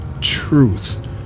truth